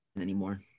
anymore